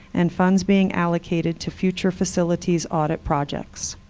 and funds being allocated to future facilities audit projects.